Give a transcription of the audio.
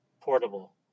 portable